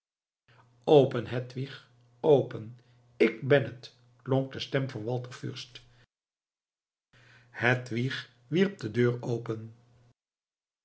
open hedwig open ik ben het klonk de stem van walter fürst hedwig wierp de deur open